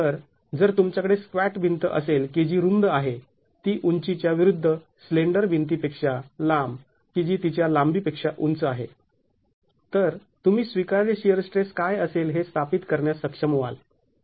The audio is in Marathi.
तर जर तुमच्याकडे स्क्वॅट भिंत असेल की जी रुंद आहे ती ऊंची च्या विरुद्ध स्लेंडर भिंती पेक्षा लांब की जी तिच्या लांबीपेक्षा उंच आहे तर तुम्ही स्वीकार्य शिअर स्ट्रेस काय असेल हे स्थापित करण्यास सक्षम व्हाल